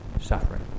suffering